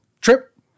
Trip